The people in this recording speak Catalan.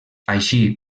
així